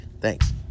Thanks